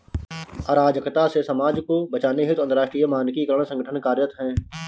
अराजकता से समाज को बचाने हेतु अंतरराष्ट्रीय मानकीकरण संगठन कार्यरत है